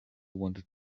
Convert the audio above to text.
wanted